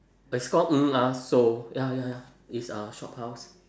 it's called ng ah sio ya ya ya it's a shophouse